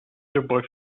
любовь